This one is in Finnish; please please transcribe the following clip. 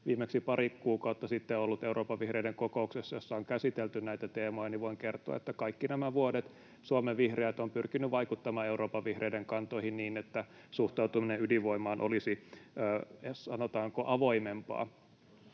viimeksi pari kuukautta sitten ollut Euroopan vihreiden kokouksessa, jossa on käsitelty näitä teemoja, niin voin kertoa, että kaikki nämä vuodet Suomen vihreät ovat pyrkineet vaikuttamaan Euroopan vihreiden kantoihin niin, että suhtautuminen ydinvoimaan olisi edes, sanotaanko, avoimempaa.